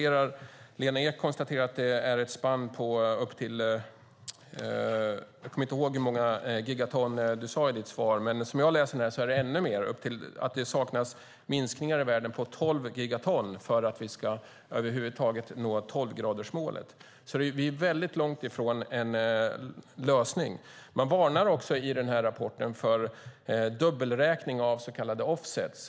Lena Ek konstaterar att det är ett spann på sex till elva gigaton, men som jag läser detta är det ännu mer. Det saknas minskningar i världen på tolv gigaton för att vi över huvud taget ska nå tvågradersmålet. Vi är väldigt långt från en lösning. Man varnar också i rapporten för dubbelräkning av så kallade offsets.